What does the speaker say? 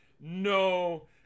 no